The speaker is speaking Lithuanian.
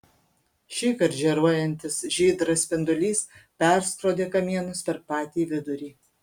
šįkart žėruojantis žydras spindulys perskrodė kamienus per patį vidurį